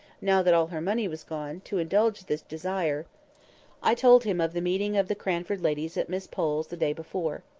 now that all her money was gone, to indulge this desire i told him of the meeting of the cranford ladies at miss pole's the day before.